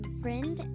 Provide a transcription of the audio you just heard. friend